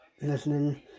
listening